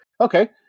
okay